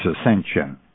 ascension